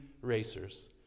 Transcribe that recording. racers